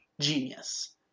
genius